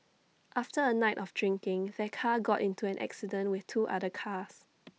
after A night of drinking their car got into an accident with two other cars